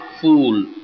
fool